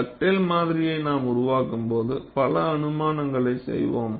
Dugdale மாதிரியை நாம் உருவாக்கும்போது பல அனுமானங்களைச் செய்வோம்